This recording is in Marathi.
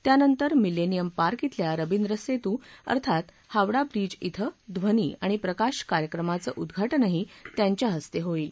त्यानंतर मिलोनियम पार्क खिल्या रव्रिद्र सेतू अर्थात हावडा ब्रिज क्रि ध्वनी आणि प्रकाश कार्यक्रमाचं उद्वाटनही त्यांच्या हस्ते होईल